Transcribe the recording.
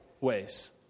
ways